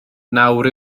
nawr